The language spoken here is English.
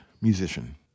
musician